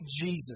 Jesus